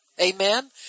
Amen